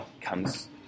comes